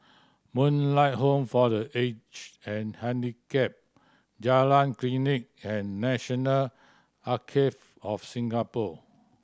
Moonlight Home for The Aged and Handicapped Jalan Klinik and National Archives of Singapore